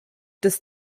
des